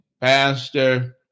pastor